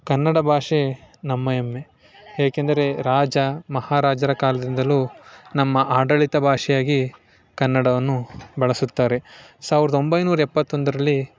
ಕನ್ನಡ ಭಾಷೆ ನಮ್ಮ ಹೆಮ್ಮೆ ಏಕೆಂದರೆ ರಾಜ ಮಹಾರಾಜರ ಕಾಲದಿಂದಲೂ ನಮ್ಮ ಆಡಳಿತ ಭಾಷೆಯಾಗಿ ಕನ್ನಡವನ್ನು ಬಳಸುತ್ತಾರೆ ಸಾವಿರದ ಒಂಬೈನೂರ ಎಪ್ಪತ್ತೊಂದರಲ್ಲಿ